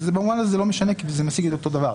במובן הזה זה לא משנה כי זה משיג את אותו דבר.